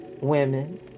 women